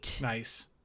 Nice